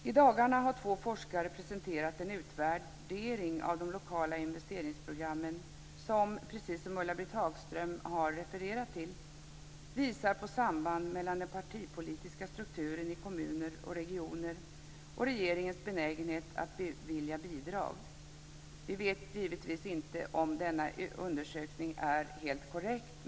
I dagarna har två forskare presenterat en utvärdering av de lokala investeringsprogrammen som, precis som Ulla-Britt Hagström har refererat till, visar på samband mellan den partipolitiska strukturen i kommuner och regioner och regeringens benägenhet att bevilja bidrag. Vi vet givetvis inte om denna undersökning är helt korrekt.